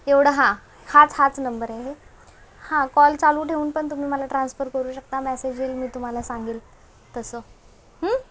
एवढं हां हाच हाच नंबर आहे हां कॉल चालू ठेवून पण तुम्ही मला ट्रान्सफर करू शकता मेसेज येईल मी तुम्हाला सांगेन तसं हूं